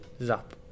zap